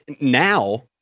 now